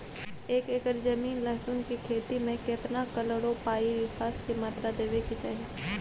एक एकर जमीन लहसुन के खेती मे केतना कलोरोपाईरिफास के मात्रा देबै के चाही?